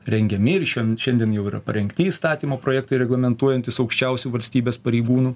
rengiami ir šiom šiandien jau yra parengti įstatymo projektai reglamentuojantys aukščiausių valstybės pareigūnų